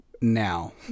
now